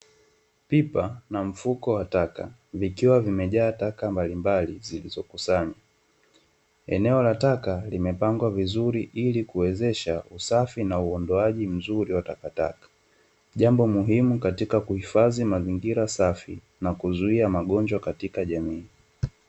Pipa na mfuko wa taka vikiwa vimejaa taka mbalimbali, zilizokusanywa eneo la taka, limepangwa vizuri, ili kuwezesha usafi na uondoaji mzuri wa takataka jambo muhimu katika kuhifadhi mazingira safi na kuzuia magonjwa katika jamii.